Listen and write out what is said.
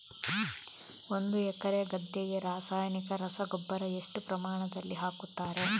ಒಂದು ಎಕರೆ ಗದ್ದೆಗೆ ರಾಸಾಯನಿಕ ರಸಗೊಬ್ಬರ ಎಷ್ಟು ಪ್ರಮಾಣದಲ್ಲಿ ಹಾಕುತ್ತಾರೆ?